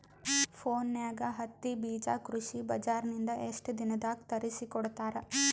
ಫೋನ್ಯಾಗ ಹತ್ತಿ ಬೀಜಾ ಕೃಷಿ ಬಜಾರ ನಿಂದ ಎಷ್ಟ ದಿನದಾಗ ತರಸಿಕೋಡತಾರ?